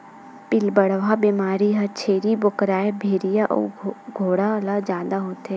पिलबढ़वा बेमारी ह छेरी बोकराए भेड़िया अउ घोड़ा ल जादा होथे